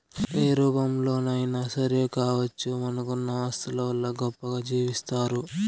ఏ రూపంలోనైనా సరే కావచ్చు మనకున్న ఆస్తుల వల్ల గొప్పగా జీవిస్తారు